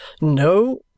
No